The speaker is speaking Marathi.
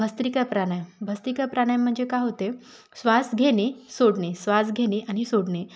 भस्रिका प्राणायाम भस्रिका प्राणायाम म्हणजे काय होते श्वास घेणे सोडणे श्वास घेणे आणि सोडणे